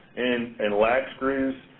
and and lag screws,